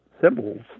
symbols